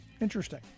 interesting